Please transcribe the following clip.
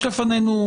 יש לפנינו,